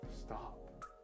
Stop